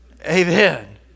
amen